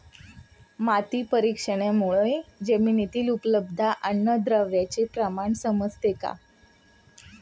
माती परीक्षणामुळे जमिनीतील उपलब्ध अन्नद्रव्यांचे प्रमाण समजते का?